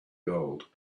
gold